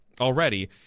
already